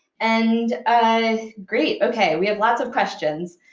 and great. ok. we have lots of questions.